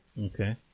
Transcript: Okay